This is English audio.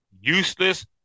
useless